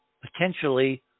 potentially